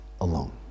alone